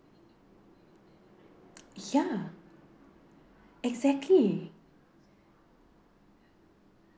ya exactly